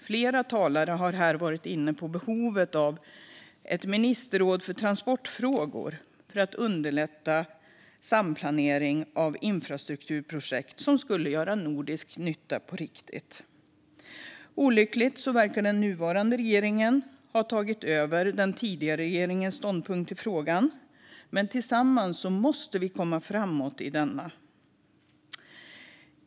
Flera talare har här varit inne på behovet av ett ministerråd för transportfrågor för att underlätta samplanering av infrastrukturprojekt som skulle göra nordisk nytta på riktigt. Olyckligtvis verkar nuvarande regering ha övertagit den tidigare regeringens ståndpunkt, men tillsammans måste vi komma framåt i denna fråga.